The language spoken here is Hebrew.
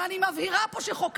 אבל אני מבהירה פה שחוקקנו,